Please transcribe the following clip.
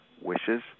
wishes